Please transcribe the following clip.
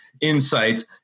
insights